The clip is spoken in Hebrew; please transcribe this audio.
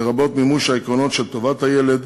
לרבות מימוש העקרונות של טובת הילד,